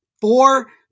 four